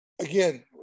again